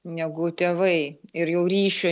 negu tėvai ir jau ryšio